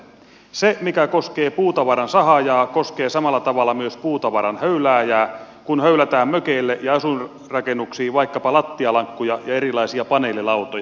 se mikä koskee puutavaran sahaajaa koskee samalla tavalla myös puutavaran höylääjää kun höylätään mökeille ja asuinrakennuksiin vaikkapa lattialankkuja ja erilaisia paneelilautoja